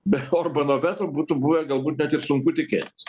be orbano veto būtų buvę galbūt net ir sunku tikėtis